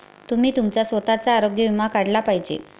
तुम्ही तुमचा स्वतःचा आरोग्य विमा काढला पाहिजे